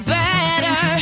better